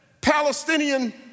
Palestinian